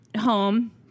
home